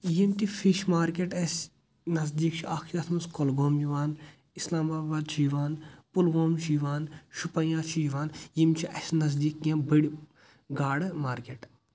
یِم تہِ fish market اسہِ نزدیٖک چھِ اَکھ چھ اتھ منٛز کۄلگوم یِوان اِسلاماباد چھُ یِوان پُلووم چھُ یِوان شُپَیاں چھُ یِوان یِم چھِ اسہِ نزدیٖک کیٚنٛہہ بٕڑۍ گاڑٕ مارکٮ۪ٹ